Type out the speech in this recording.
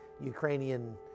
Ukrainian